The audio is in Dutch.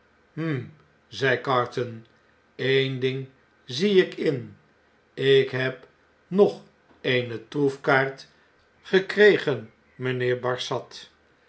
hm zei carton een ding zie ik in ik heb nog eene troefkaart gekregen mpheer barsad